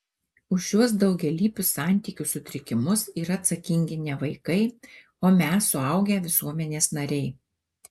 už šiuos daugialypius santykių sutrikimus yra atsakingi ne vaikai o mes suaugę visuomenės nariai